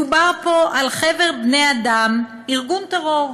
מדובר פה על חבר בני-אדם, ארגון טרור,